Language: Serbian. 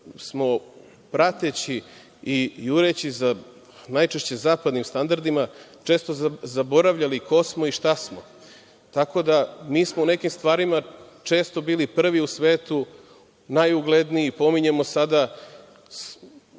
smo prateći i jureći, najčešće za zapadnim standardima, često zaboravljali ko smo i šta smo. Tako, mi smo u nekim stvarima, često bili prvi u svetu, najugledniji. Pominjemo sada